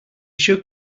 shook